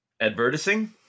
Advertising